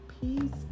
peace